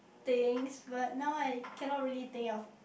things but now I cannot really think of